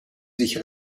sich